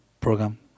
program